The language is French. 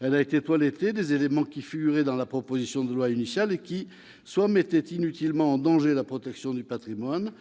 Elle a été toilettée des éléments qui figuraient dans la proposition de loi initiale et qui, soit mettaient inutilement en danger la protection du patrimoine-